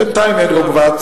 בינתיים אין רוב בוועדת